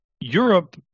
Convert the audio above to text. Europe